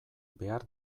behar